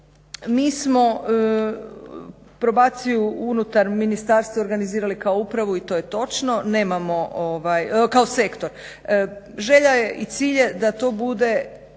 Mi smo probaciju unutar ministarstva organizirali kao upravu i to je točno, ovaj kao sektor. Želja je i cilj je da to bude